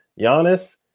Giannis